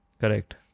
Correct